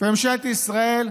וממשלת ישראל,